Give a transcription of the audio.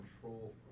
control